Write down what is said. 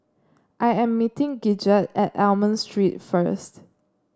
I am meeting Gidget at Almond Street first